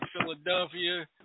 Philadelphia